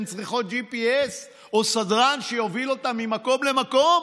הן צריכות GPS או סדרן שיוביל אותן ממקום למקום.